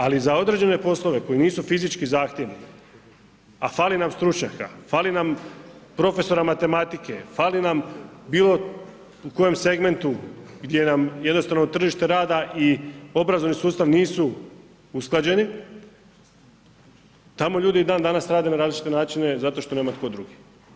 Ali za određene poslove koji nisu fizički zahtjevni, a fali nam stručnjaka, fali nam profesora matematike, fali nam bilo u kojem segmentu gdje nam jednostavno tržište rada i obrazovni sustav nisu usklađeni, tamo ljudi i dan danas rade na različite načine zato što nema tko drugi.